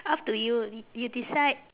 up to you you decide